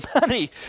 money